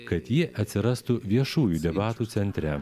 kad ji atsirastų viešųjų debatų centre